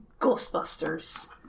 Ghostbusters